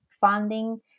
funding